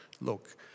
look